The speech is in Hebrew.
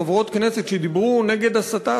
חברות כנסת שדיברו נגד הסתה,